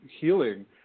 healing